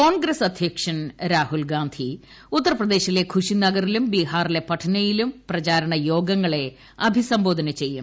കോൺഗ്രസ് അധൃക്ഷൻ രാഹൂൽ ഗാന്ധി ഉത്തർപ്രദേശിലെ ഖുഷിനഗറിലും ബീഹാറിലെ പറ്റ്നയിലും പ്രചാരണ യോഗങ്ങളെ അഭിസംബോധന ചെയ്യും